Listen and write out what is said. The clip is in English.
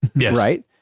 right